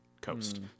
coast